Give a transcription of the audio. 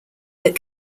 that